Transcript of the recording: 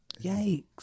Yikes